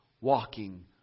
walking